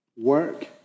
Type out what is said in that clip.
Work